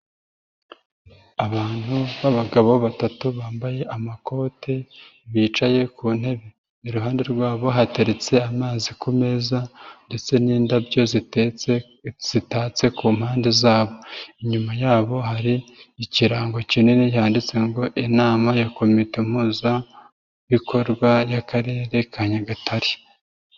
Abantu b'abagabo batatu bambaye amakoti bicaye ku ntebe, iruhande rwabo hateretse amazi ku meza ndetse n'indabyo zitetse zitatse ku mpande zabo, inyuma yabo hari ikirango kinini cyanditse ngo inama ya komite mpuzabikorwa y'Akarere ka Nyagatare.